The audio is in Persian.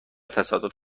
تصادف